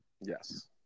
Yes